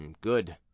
Good